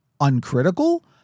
uncritical